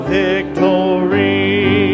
victory